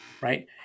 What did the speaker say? right